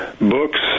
Books